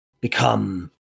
become